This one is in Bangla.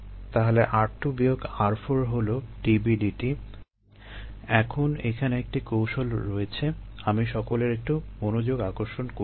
তাহলে r2 বিয়োগ r4 হলো dB dt এখন এখানে একটি কৌশল রয়েছে আমি সকলের একটু মনোযোগ আকর্ষণ করছি